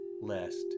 lest